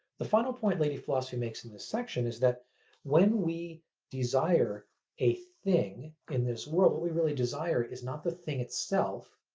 the final point lady philosophy makes in this section is that when we desire a thing in this world, what we really desire is not the thing itself,